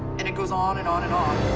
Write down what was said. and it goes on and on and on.